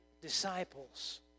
disciples